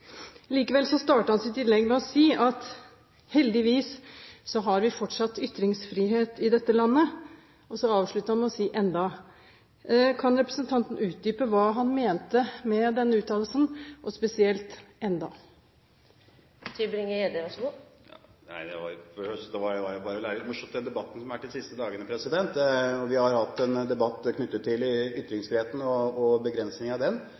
Likevel startet han sitt innlegg med å si at heldigvis så har vi fortsatt ytringsfrihet i dette landet – og så avsluttet han med å si «enda». Kan representanten utdype hva han mente med denne uttalelsen, og spesielt «enda»? Nei, det var bare litt morsomt etter den debatten som har vært de siste dagene. Vi har hatt en debatt knyttet til ytringsfriheten og begrensningen av den.